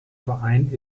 verein